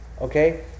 Okay